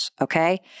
Okay